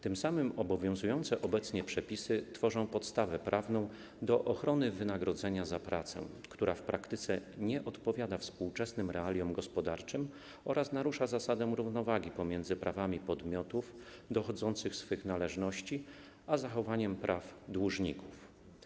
Tym samym obowiązujące obecnie przepisy tworzą podstawę prawną do ochrony wynagrodzenia za pracę, która w praktyce nie odpowiada współczesnym realiom gospodarczym oraz narusza zasadę równowagi pomiędzy prawami podmiotów dochodzących swych należności a zachowaniem praw dłużników.